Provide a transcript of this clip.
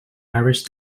irish